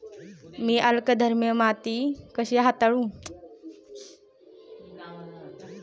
मी अल्कधर्मी माती कशी हाताळू?